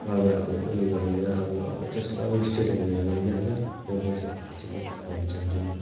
अरू अब उयोभरीमा अब त्यस्तो अरू स्टेटहरू हेरीभरिमा होइन मन पर्छ त्यति नै भन्नु चहान्छु